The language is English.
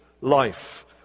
life